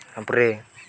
ତାପରେ